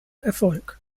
erfolg